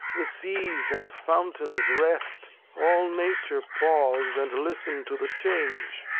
the seas and fountains rest all nature pause, and listen to the change.